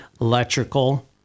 electrical